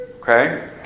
okay